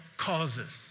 causes